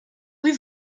rue